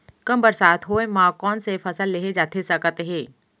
कम बरसात होए मा कौन से फसल लेहे जाथे सकत हे?